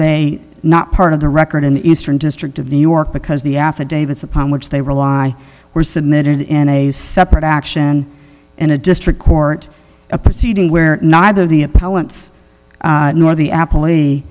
they not part of the record in the eastern district of new york because the affidavits upon which they rely were submitted in a separate action in a district court a proceeding where neither the appellant's nor the apple e